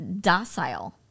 docile